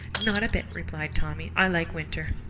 not a bit, replied tommy. i like winter.